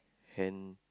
hand